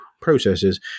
processes